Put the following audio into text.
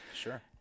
sure